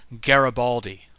Garibaldi